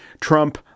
Trump